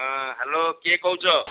ହଁ ହେଲୋ କିଏ କହୁଛ